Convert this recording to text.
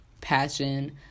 passion